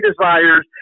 desires